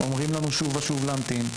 אומרים לנו שוב ושוב להמתין.